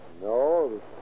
No